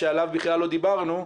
שעליו בכלל לא דיברנו,